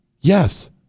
Yes